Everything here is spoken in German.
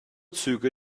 züge